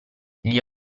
gli